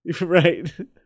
Right